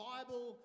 Bible